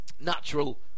natural